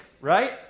right